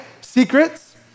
secrets